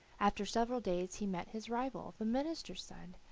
after several days he met his rival, the minister's son,